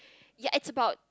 ya it's about